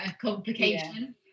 complication